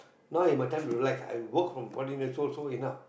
now it's my time to relax I worked from fourteen years old so enough